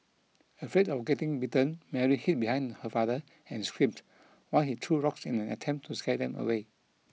afraid of getting bitten Mary hid behind her father and screamed while he threw rocks in an attempt to scare them away